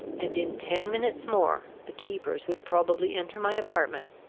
and in ten minutes more the keepers would probably enter my apartment,